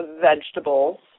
vegetables